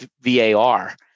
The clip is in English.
var